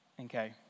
Okay